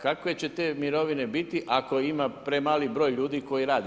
Kakve će te mirovine biti ako ima premali broj ljudi koji radi?